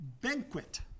banquet